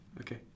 Okay